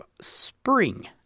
Spring